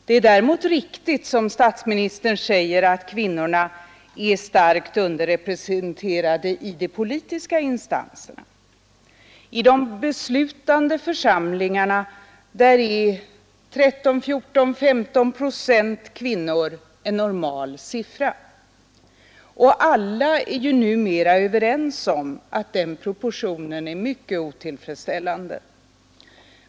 Det är däremot riktigt, som statsministern säger, att kvinnorna är starkt underrepresenterade i de politiska instanserna. I de beslutande församlingarna är 13, 14, 15 procent kvinnor en normal siffra, och alla är ju numera överens om att den proportionen är mycket otillfredsställande.